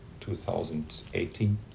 2018